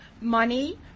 money